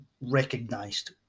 recognized